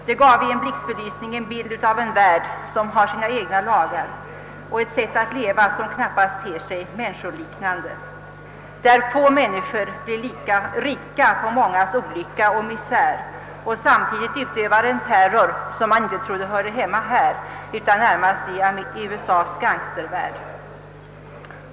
Det gav i blixtbelysning en bild av en värld med sina egna lagar och ett sätt att leva som knappast ter sig människoliknande, en värld där några få människor blir rika på de mångas olycka och misär och samtidigt utövar en terror som man inte trodde existerade här utan som närmast hörde hemma i USA:s gangstervärld.